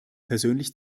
persönlich